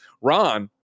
Ron